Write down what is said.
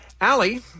Allie